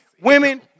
Women